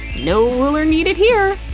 no ruler needed here!